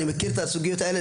אני מכיר את הסוגיות האלה,